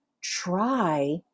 try